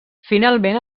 finalment